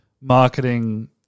marketing